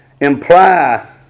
imply